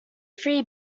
three